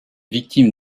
victime